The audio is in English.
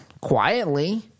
quietly